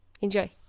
enjoy